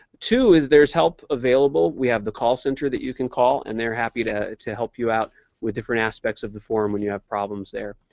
two, is there is help available. we have the call center that you can call and they're happy to to help you out with different aspects of the form when you have problems there.